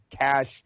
cash